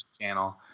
channel